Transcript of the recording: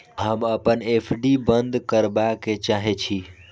हम अपन एफ.डी बंद करबा के चाहे छी